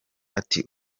ati